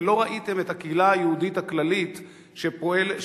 ולא ראיתם את הקהילה היהודית הכללית שקיימת,